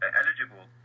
eligible